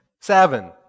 Seven